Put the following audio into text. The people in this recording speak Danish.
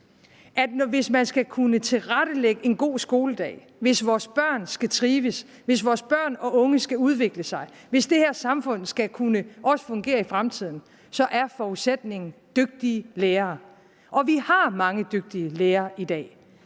at hvis man skal kunne tilrettelægge en god skoledag, hvis vores børn skal trives, hvis vores børn og unge skal udvikle sig, hvis det her samfund også skal kunne fungere i fremtiden, så er forudsætningen dygtige lærere. Og vi har mange dygtige lærere i dag.